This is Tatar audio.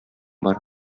бар